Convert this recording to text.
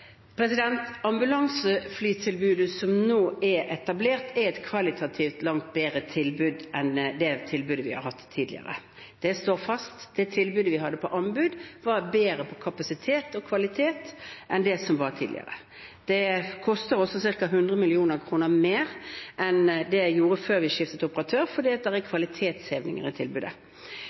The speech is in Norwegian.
Ambulanseflytilbudet som nå er etablert, er et kvalitativt langt bedre tilbud enn det tilbudet vi har hatt tidligere. Det står fast. Det tilbudet vi hadde på anbud, var bedre på kapasitet og kvalitet enn det som var tidligere. Det koster også ca. 100 mill. kr mer enn det gjorde før vi skiftet operatør, fordi det er kvalitetshevinger i tilbudet.